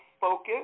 focus